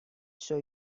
show